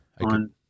on